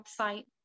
website